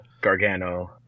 Gargano